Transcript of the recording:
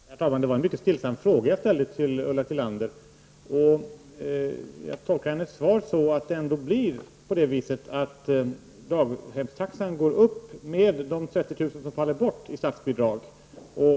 Herr talman! Jag ställde en mycket stillsam fråga till Ulla Tillander. Jag tolkar hennes svar så, att daghemstaxan ändå går upp med de 30 000 kr. som faller bort i statsbidrag.